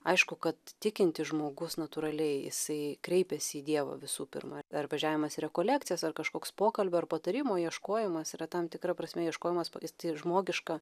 aišku kad tikintis žmogus natūraliai jisai kreipiasi į dievą visų pirma ar važiavimas į rekolekcijas ar kažkoks pokalbio ar patarimo ieškojimas yra tam tikra prasme ieškojimas pajusti žmogišką